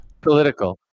Political